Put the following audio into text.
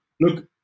look